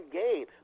game